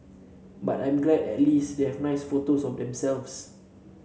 but I'm glad that at least they have nice photos of themselves